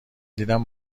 دیدم